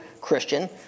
Christian